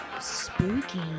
Spooky